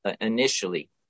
initially